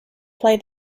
play